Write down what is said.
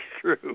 true